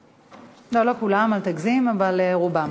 לא, לא כולם, אל תגזים, אבל רובם.